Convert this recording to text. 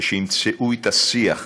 וימצאו את השיח,